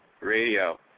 Radio